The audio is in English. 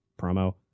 promo